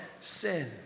sin